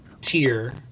tier